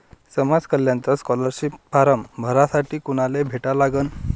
समाज कल्याणचा scholarship form भरासाठी कुनाले भेटा लागन?